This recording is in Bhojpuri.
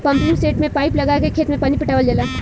पम्पिंसेट में पाईप लगा के खेत में पानी पटावल जाला